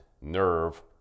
nerve